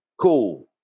Cool